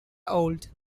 old